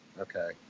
okay